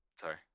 sorry